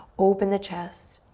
open the chest.